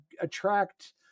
attract –